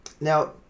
Now